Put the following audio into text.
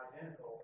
identical